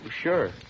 Sure